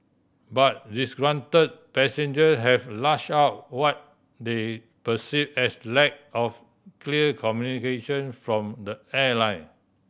but disgruntle passenger have lash out what they perceive as lack of clear communication from the airline